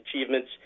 achievements